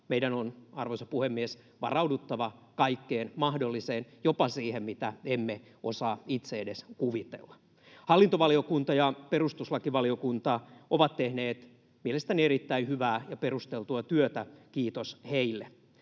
Meidän on, arvoisa puhemies, varauduttava kaikkeen mahdolliseen, jopa siihen, mitä emme osaa itse edes kuvitella. Hallintovaliokunta ja perustuslakivaliokunta ovat tehneet mielestäni erittäin hyvää ja perusteltua työtä, kiitos heille.